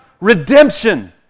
redemption